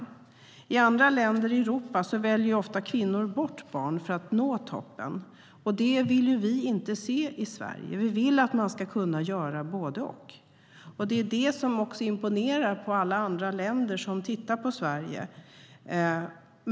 I andra länder i Europa väljer kvinnor ofta bort barn för att nå toppen. Det vill vi inte se i Sverige. Vi vill att man ska kunna göra både och. Det imponerar på alla andra länder som tittar på Sverige.